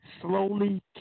slowly